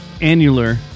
annular